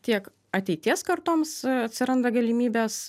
tiek ateities kartoms atsiranda galimybės